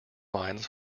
mines